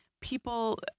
people